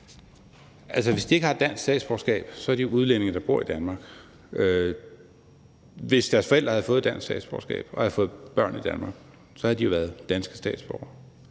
hvis de ikke har dansk statsborgerskab, så er de jo udlændinge, der bor i Danmark. Hvis deres forældre havde fået dansk statsborgerskab og havde fået børn i Danmark, så havde børnene jo været danske statsborgere.